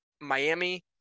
Miami